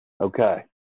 Okay